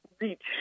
reach